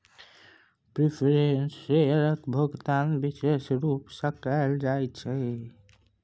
preference शेयरक भोकतान बिशेष रुप सँ कयल जाइत छै